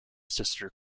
sister